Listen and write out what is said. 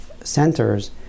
centers